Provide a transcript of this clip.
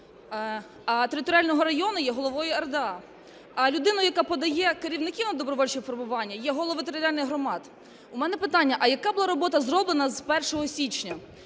а територіального району є головою РДА; а людина, яка подає керівників на добровольчі формування, є головою територіальних громад? У мене питання: а яка була робота зроблена з 1 січня?